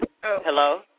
Hello